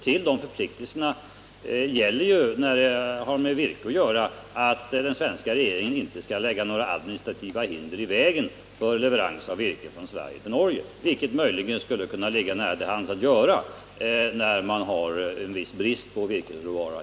Till förpliktelserna hör i fråga om virke att den svenska regeringen inte skall lägga några administrativa hinder i vägen för leverans av virke från Sverige till Norge, vilket norrmännen lätt skulle kunna uppfatta som ett hot i tider då vi har brist på virkesråvara.